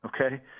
okay